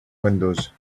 windows